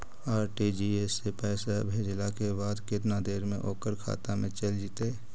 RTGS से पैसा भेजला के बाद केतना देर मे ओकर खाता मे चल जितै?